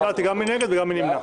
שאלתי גם מי נגד וגם מי נמנע.